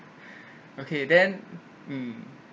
okay then mm